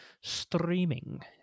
streaming